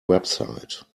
website